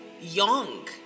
young